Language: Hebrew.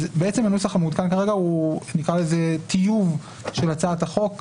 אז הנוסח המעודכן כרגע הוא "טיוב" של הצעת החוק,